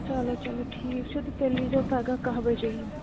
چلو چلو ٹھیٖک چھُ تہٕ تیٚلہِ ییٖزیو پگاہ کاہ بَجے ہیُو